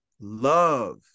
love